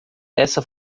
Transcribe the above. essa